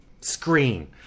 screen